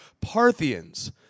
Parthians